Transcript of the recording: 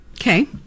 Okay